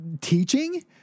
teaching